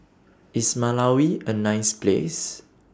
IS Malawi A nice Place